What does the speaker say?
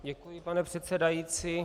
Děkuji, pane předsedající.